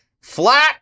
flat